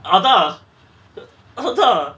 அதா அதா:atha atha